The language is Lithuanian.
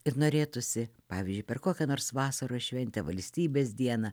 ir norėtųsi pavyzdžiui per kokią nors vasaros šventę valstybės dieną